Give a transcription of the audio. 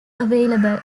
available